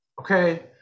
okay